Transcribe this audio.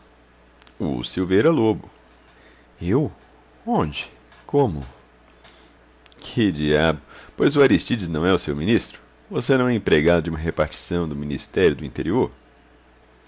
aristides o silveira lobo eu onde como que diabo pois o aristides não é o seu ministro você não é empregado de uma repartição do ministério do interior